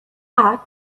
act